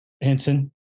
Henson